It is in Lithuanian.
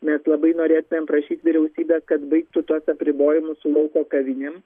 mes labai norėtumėm prašyt vyriausybės kad baigtų tuos apribojimus su lauko kavinėm